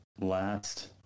last